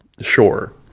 sure